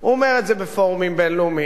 הוא אומר את זה בפורומים בין-לאומיים.